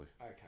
Okay